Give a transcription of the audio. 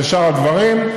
ושאר הדברים,